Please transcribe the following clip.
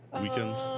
weekends